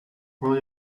will